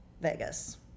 Vegas